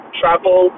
travel